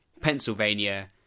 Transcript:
Pennsylvania